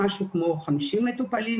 עם בערך 50 מטופלים,